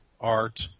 art